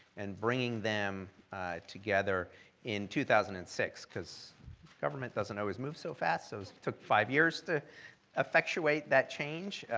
and bringing them together in two thousand and six because government doesn't always move so fast, so it took five years to effectuate that change,